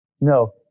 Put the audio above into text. No